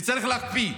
וצריך להקפיא.